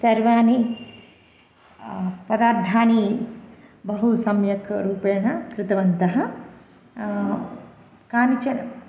सर्वाणि पदार्थानि बहु सम्यक् रूपेण कृतवन्तः कानिचन